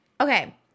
Okay